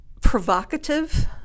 provocative